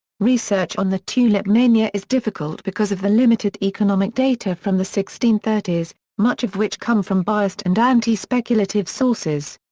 research on the tulip mania is difficult because of the limited economic data from the sixteen thirty s much of which come from biased and anti-speculative sources.